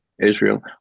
israel